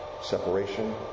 Separation